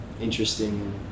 interesting